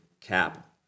cap